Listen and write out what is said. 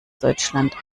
deutschland